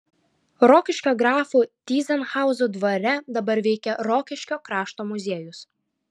rokiškio grafų tyzenhauzų dvare dabar veikia rokiškio krašto muziejus